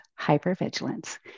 hypervigilance